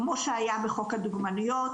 כמו שהיה בחוק הדוגמניות,